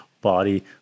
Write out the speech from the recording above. body